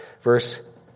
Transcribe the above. Verse